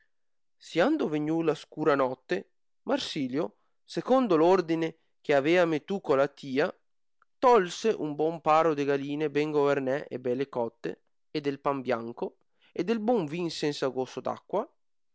siando vegnù la scura note marsilio secondo l ordine che l'aèametù co la tia tolse un bon paro de galine ben governè e bele cote e del pan bianco e del bon vin senza gozo